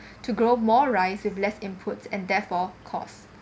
to grow more rice with less inputs and therefore cost